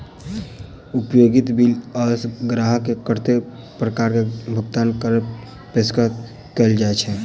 उपयोगिता बिल सऽ ग्राहक केँ कत्ते प्रकार केँ भुगतान कऽ पेशकश कैल जाय छै?